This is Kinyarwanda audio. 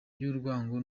y’urwango